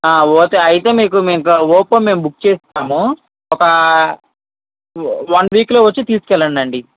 okay అయితే మీకు మేము ఒప్పో మేము బుక్ చేస్తాము ఒక వన్ వీక్లో వచ్చి తీసుకెళ్ళండి